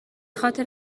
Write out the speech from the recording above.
خاطر